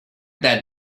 that